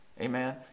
Amen